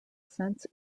since